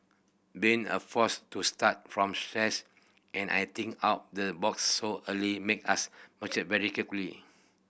being a force to start from scratch and I think out the box so early made us mature very quickly